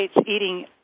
eating